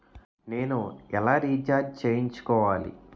నేను ఎలా రీఛార్జ్ చేయించుకోవాలి?